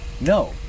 No